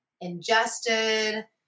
ingested